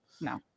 No